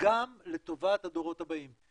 גם לטובת הדורות הבאים.